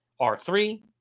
r3